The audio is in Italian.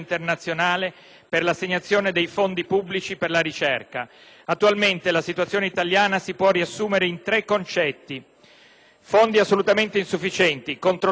Attualmente la situazione italiana si può riassumere in tre concetti: fondi assolutamente insufficienti, controllati da pochi; assenza di trasparenza; meritocrazia.